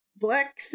black